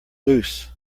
loose